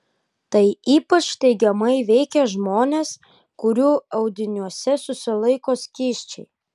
tai ypač teigiamai veikia žmones kurių audiniuose susilaiko skysčiai